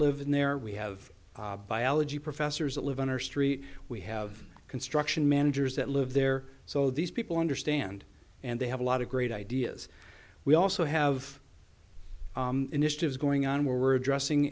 live in there we have biology professors that live on our street we have construction managers that live there so these people understand and they have a lot of great ideas we also have initiatives going on where we're addressing